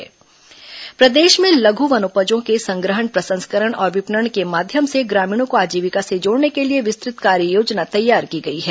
लघु वनोपज प्रदेश में लघु वनोपजों के संग्रहण प्रसंस्करण और विपणन के माध्यम से ग्रामीणों को आजीविका से जोड़ने के लिए विस्तृत कार्ययोजना तैयार की गई है